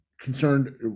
concerned